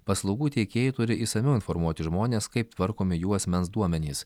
paslaugų teikėjai turi išsamiau informuoti žmones kaip tvarkomi jų asmens duomenys